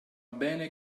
bene